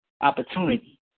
opportunity